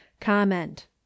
comment